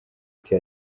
uti